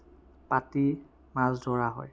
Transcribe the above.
পাতি মাছ ধৰা হয়